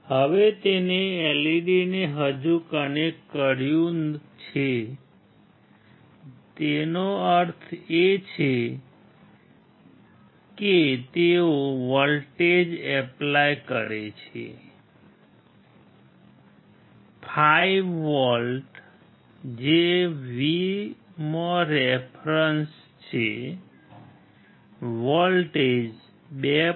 હવે તેણે LED ને હજુ કનેક્ટ કર્યું છે જેનો અર્થ છે કે તેઓ વોલ્ટેજ એપ્લાય છે વોલ્ટેજ 2